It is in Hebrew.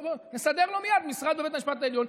נסדר לו מייד משרד בבית המשפט העליון.